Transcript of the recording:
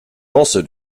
also